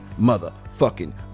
Motherfucking